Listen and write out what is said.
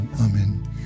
Amen